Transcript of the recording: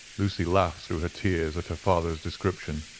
lucy laughed through her tears at her father's description.